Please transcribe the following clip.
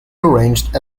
arranged